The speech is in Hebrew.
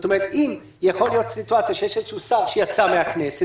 אם יש סיטואציה שיש איזה שהוא שר שיצא מהכנסת